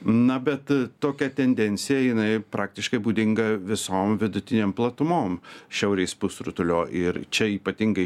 na bet tokia tendencija jinai praktiškai būdinga visom vidutinėm platumom šiaurės pusrutulio ir čia ypatingai